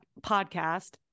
podcast